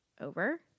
over